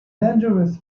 dangerous